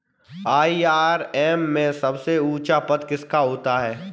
IRS में सबसे ऊंचा पद किसका होता है?